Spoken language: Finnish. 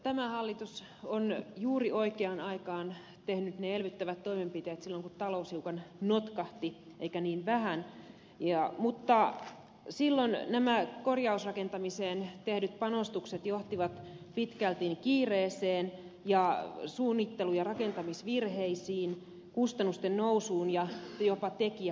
tämä hallitus on juuri oikeaan aikaan tehnyt ne elvyttävät toimenpiteet silloin kun talous hiukan notkahti eikä niin vähän mutta silloin nämä korjausrakentamiseen tehdyt panostukset johtivat pitkälti kiireeseen ja suunnittelu ja rakentamisvirheisiin kustannusten nousuun ja jopa tekijäpulaan